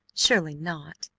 surely not.